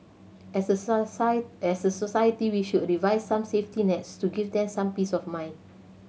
as a as a society we should devise some safety nets to give them some peace of mind